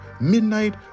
Midnight